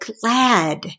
glad